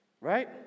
right